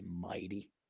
mighty